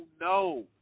no